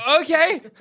Okay